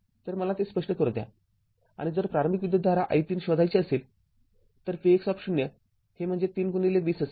तर मला ते स्पष्ट करू द्या आणि जर प्रारंभिक विद्युतधारा i३ शोधायची असेल तर Vx हे म्हणजे ३२० असेल